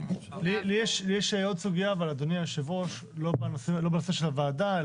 --- לי יש עוד סוגיה לא בנושא של הוועדה.